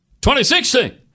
2016